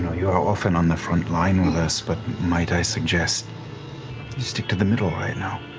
know, you are often on the front line with us, but might i suggest you stick to the middle right now?